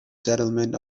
settlement